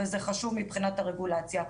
וזה חשוב מבחינת הרגולציה.